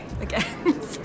again